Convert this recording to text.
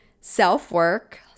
self-work